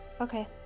Okay